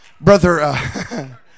Brother